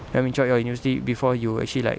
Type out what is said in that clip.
I mean throughout your university before you actually like